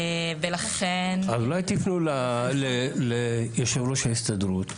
אולי תפנו ליו"ר ההסתדרות,